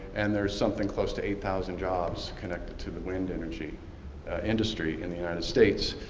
and there's something close to eight thousand jobs connected to the wind energy industry in the united states.